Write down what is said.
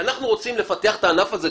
אנחנו רוצים לפתח את הענף הזה.